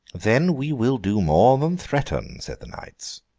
then we will do more than threaten said the knights.